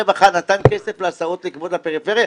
משרד הרווחה נתן כסף להסעות לפריפריה,